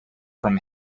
from